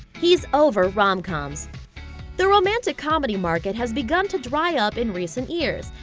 he's over romcoms the romantic comedy market has begun to dry up in recent years,